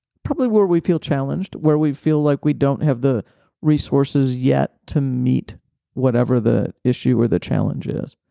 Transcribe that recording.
probably where we feel challenged. where we feel like we don't have the resources yet to meet whatever the issue or the challenge is.